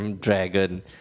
dragon